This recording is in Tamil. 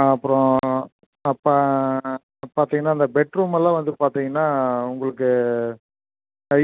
அப்புறோம் அப்போ பார்த்திங்னா இந்த பெட்ரூமெல்லாம் வந்து பார்த்திங்னா உங்களுக்கு